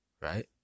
Right